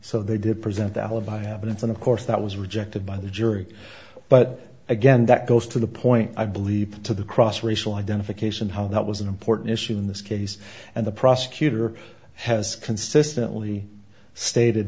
so they did present the alibi i haven't and of course that was rejected by the jury but again that goes to the point i believe to the cross racial identification how that was an important issue in this case and the prosecutor has consistently stated